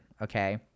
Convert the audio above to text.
okay